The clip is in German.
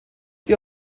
die